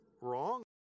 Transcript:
wrong